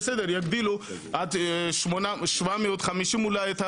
בסדר יגדילו 750 אולי,